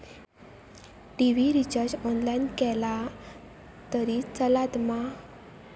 TV recharge online केला तरी चलात मा?